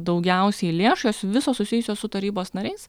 daugiausiai lėšų jos visos susijusios su tarybos nariais